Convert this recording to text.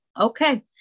okay